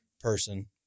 person